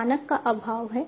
मानक का अभाव है